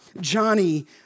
Johnny